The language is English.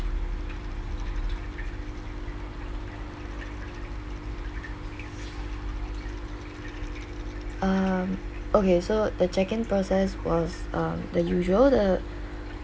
um okay so the check in process was uh the usual the